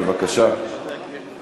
עכשיו לעוד הצעה של